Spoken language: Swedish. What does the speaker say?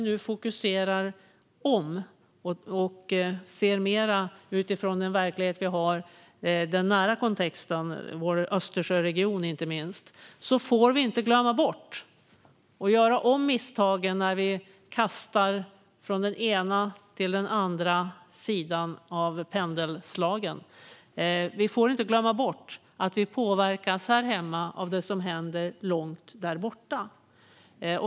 Nu fokuserar vi om och ser mer utifrån den verklighet vi har i den nära kontexten inte minst i vår Östersjöregion. Vi får inte glömma bort och göra om misstagen när vi kastar pendeln från den ena till den andra sidan. Vi får inte glömma bort att vi påverkas här hemma av det som händer långt där borta.